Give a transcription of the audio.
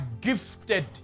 gifted